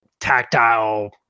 tactile